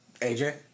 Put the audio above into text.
AJ